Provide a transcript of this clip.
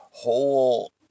whole